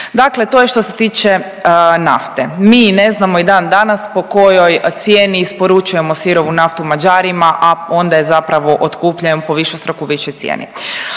Dakle, to je što se tiče nafte. Mi ne znamo i dan danas po kojoj cijeni isporučujemo sirovu naftu Mađarima, a onda je zapravo otkupljujemo po višestruko većoj cijeni.